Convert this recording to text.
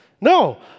No